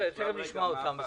תיכף נשמע אותם.